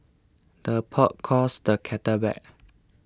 the pot calls the kettle black